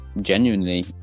genuinely